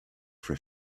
for